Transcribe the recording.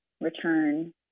return